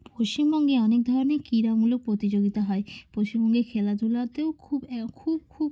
পশ্চিমবঙ্গে অনেক ধরনের ক্রীড়ামূলক প্রতিযোগিতা হয় পশ্চিমবঙ্গে খেলাধুলাতেও খুব খুব খুব